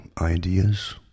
ideas